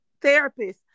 therapists